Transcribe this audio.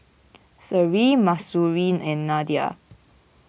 Seri Mahsuri and Nadia